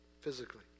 physically